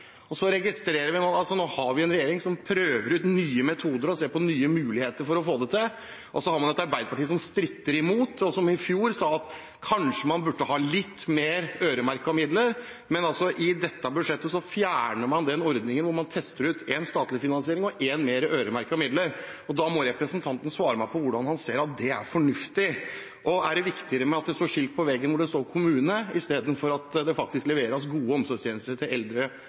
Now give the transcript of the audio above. rød-grønne så at det ikke hadde skjedd noe på omorganisering eller nye måter å tenke og å gjøre ting på innen eldreomsorgen. Nå har vi en regjering som prøver ut nye metoder og ser på nye muligheter for å få det til, og vi har Arbeiderpartiet, som stritter imot og som i fjor sa at man kanskje burde ha litt mer øremerkede midler. Men i dette budsjettet fjerner man den ordningen hvor man tester ut én statlig finansiering og én med øremerkede midler. Da må representanten svare meg på hvordan han ser at det er fornuftig. Er det viktigere med kommune-skiltet på veggen enn at det leveres gode omsorgstjenester til eldre